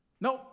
Nope